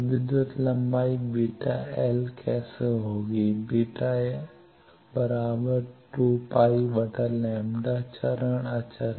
तो विद्युत लंबाई βl कैसे होगी β2 π λ चरण अचर